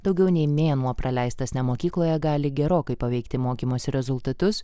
daugiau nei mėnuo praleistas ne mokykloje gali gerokai paveikti mokymosi rezultatus